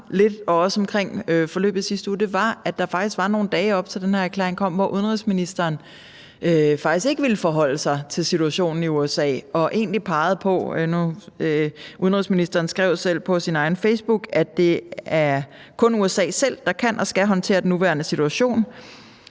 også omkring forløbet i sidste uge, var, at der var nogle dage, op til at den her erklæring kom, hvor udenrigsministeren faktisk ikke ville forholde sig til situationen i USA og egentlig pegede på – udenrigsministeren skrev det selv på Facebook – at det kun er USA selv, der kan og skal håndtere den nuværende situation,